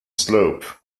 slope